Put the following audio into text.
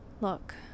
Look